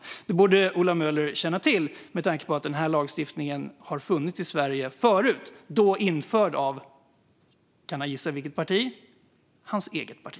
Detta borde Ola Möller känna till med tanke på att denna lagstiftning har funnits i Sverige förut, då införd av - kan han gissa vilket parti? - hans eget parti.